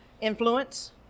influence